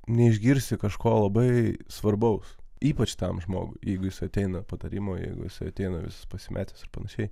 neišgirsi kažko labai svarbaus ypač tam žmogui jeigu jis ateina patarimojeigu jis ateina visas pasimetęsir panašiai